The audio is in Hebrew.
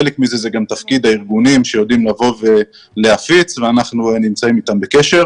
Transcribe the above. חלק זה הוא גם תפקיד הארגונים שיודעים להפיץ ואנחנו בקשר אתם.